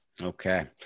Okay